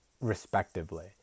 respectively